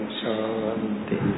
shanti